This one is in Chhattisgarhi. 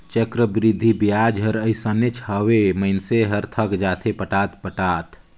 चक्रबृद्धि बियाज हर अइसनेच हवे, मइनसे हर थक जाथे पटात पटात